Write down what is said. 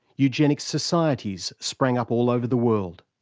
eugenics societies sprang up all over the world.